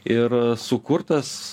ir sukurtas